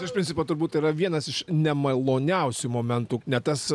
iš principo turbūt yra vienas iš nemaloniausių momentų ne tas